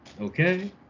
Okay